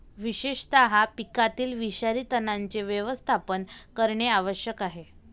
विशेषतः पिकातील विषारी तणांचे व्यवस्थापन करणे आवश्यक आहे